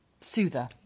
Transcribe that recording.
soother